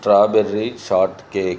strawberry short cake